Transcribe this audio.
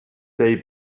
day